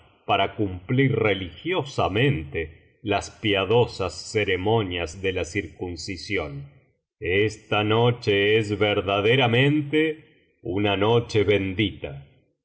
para cumplir religiosamente las piadosas ceremonias ele la circuncisión esta noche es verdaderamente una noche bendita